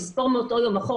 זה לספור מאותו יום אחורה,